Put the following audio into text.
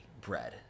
bread